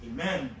Amen